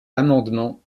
l’amendement